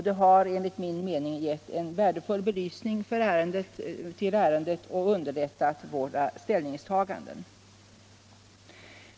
Det har enligt min mening gett en värdefull belysning av ärendet och underlättat våra ställningstaganden.